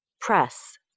Press